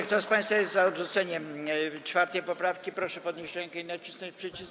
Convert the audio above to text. Kto z państwa jest za odrzuceniem 4. poprawki, proszę podnieść rękę i nacisnąć przycisk.